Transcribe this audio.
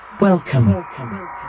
Welcome